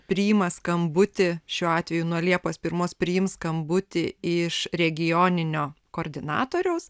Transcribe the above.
priima skambutį šiuo atveju nuo liepos pirmos priims skambutį iš regioninio koordinatoriaus